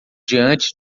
diante